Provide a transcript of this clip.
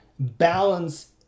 Balance